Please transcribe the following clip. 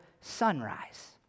sunrise